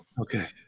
Okay